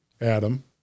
Adam